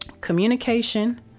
Communication